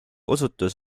osutus